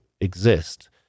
exist